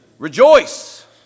Rejoice